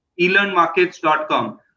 elearnmarkets.com